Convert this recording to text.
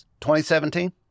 2017